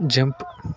jump